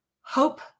hope